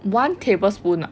one tablespoon ah